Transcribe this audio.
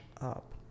up